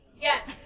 yes